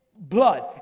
blood